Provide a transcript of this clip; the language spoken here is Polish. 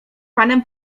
panem